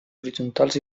horitzontals